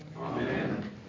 Amen